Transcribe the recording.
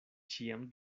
ĉiam